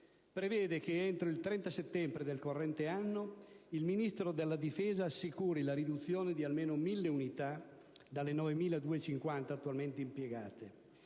prevede che entro il 30 settembre del corrente anno il Ministro della difesa assicuri la riduzione di almeno 1.000 unità dalle 9.250 attualmente impiegate,